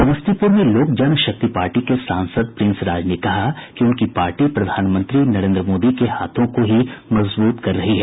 समस्तीपुर में लोक जनशक्ति पार्टी के सांसद प्रिंस राज ने कहा कि उनकी पार्टी प्रधानमंत्री नरेन्द्र मोदी के हाथों को ही मजबूत कर रही है